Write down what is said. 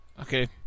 Okay